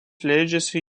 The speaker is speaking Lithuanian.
leidžiasi